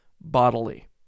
bodily